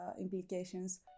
implications